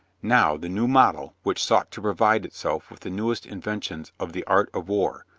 now, the new model, which sought to provide itself with the newest inventions of the art of war,